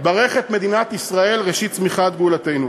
ברך את מדינת ישראל, ראשית צמיחת גאולתנו".